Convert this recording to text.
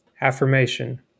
Affirmation